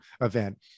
event